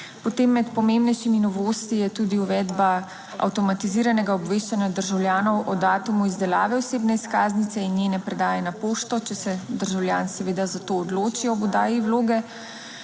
Potem med pomembnejšimi novostmi je tudi uvedba avtomatiziranega obveščanja državljanov o datumu izdelave osebne izkaznice in njene predaje na pošto, če se državljan seveda za to odloči ob oddaji vloge.